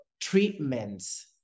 treatments